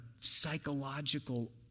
psychological